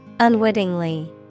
Unwittingly